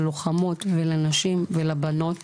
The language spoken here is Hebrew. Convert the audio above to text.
ללוחמות ולנשים ולבנות